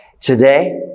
today